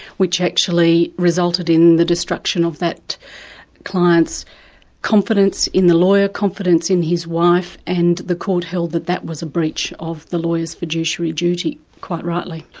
which actually resulted in the destruction of that client's confidence in the lawyer, confidence in his wife, and the court held that that was a breach of the lawyer's fiduciary duty, quite rightly.